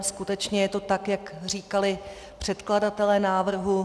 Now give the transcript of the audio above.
Skutečně je to tak, jak říkali předkladatelé návrhu?